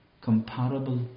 comparable